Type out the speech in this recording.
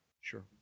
Sure